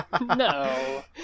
No